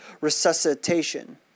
resuscitation